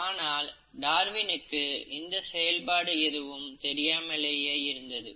ஆனால் டார்வினுக்கு இந்த செயல்பாடு எதுவும் தெரியாமலேயே இருந்தது